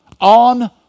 on